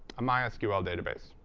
a mysql database,